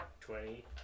Twenty